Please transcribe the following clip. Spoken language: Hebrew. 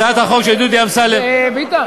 טוב, הצעת החוק של דודי אמסלם, ביטן,